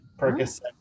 percocet